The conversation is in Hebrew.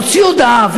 מוציא הודעה,